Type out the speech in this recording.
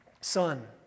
Son